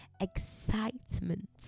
excitement